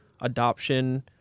adoption